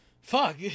Fuck